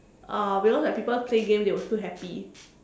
uh because when people play game they will feel happy